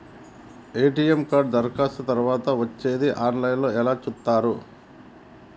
ATM card దరఖాస్తు తరువాత వచ్చేది ఆన్ లైన్ లో ఎట్ల చూత్తరు?